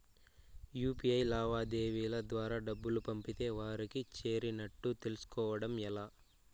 UPI లావాదేవీల ద్వారా డబ్బులు పంపితే వారికి చేరినట్టు తెలుస్కోవడం ఎలా?